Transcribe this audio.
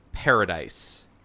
paradise